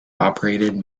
operated